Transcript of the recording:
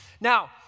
Now